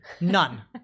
None